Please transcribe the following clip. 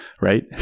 right